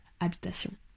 habitation